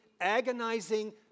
agonizing